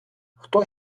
хто